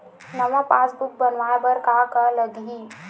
नवा पासबुक बनवाय बर का का लगही?